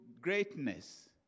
greatness